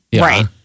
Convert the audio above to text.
Right